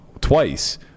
twice